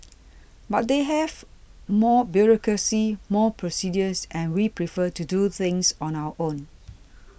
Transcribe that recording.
but they have more bureaucracy more procedures and we prefer to do things on our own